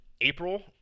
April